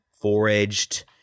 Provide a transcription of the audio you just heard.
foraged